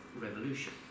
revolution